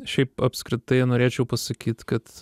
šiaip apskritai norėčiau pasakyt kad